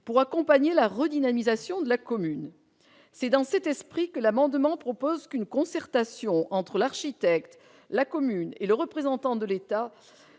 pour accompagner la redynamisation de la commune. Dans cet esprit, grâce à cet amendement, une concertation entre l'architecte, la commune et le représentant de l'État